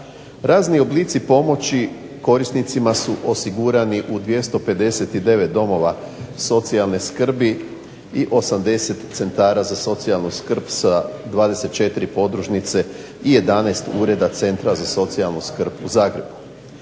Razni oblici pomoći korisnicima su osigurani u 259 domova socijalne skrbi i 80 centara za socijalnu skrb sa 24 podružnice i 11 Ureda centra za socijalnu skrb u Zagrebu.